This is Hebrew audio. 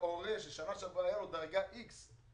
הורה שבשנה שעברה הייתה לו דרגה איקס,